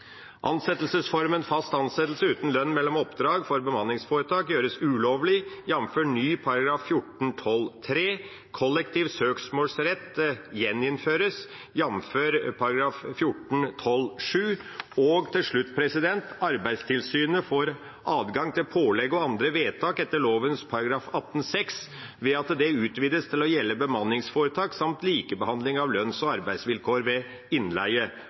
Ansettelsesformen «fast ansettelse uten lønn mellom oppdrag» for bemanningsforetak gjøres ulovlig, jf. ny § 14-12 . Kollektiv søksmålsrett gjeninnføres, jf. ny § 14-12 . Og til slutt: Arbeidstilsynet får adgang til pålegg og andre vedtak etter lovens § 18-6 ved at den utvides til å gjelde bemanningsforetak samt likebehandling av lønns- og arbeidsvilkår ved innleie.